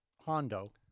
Hondo